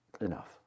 Enough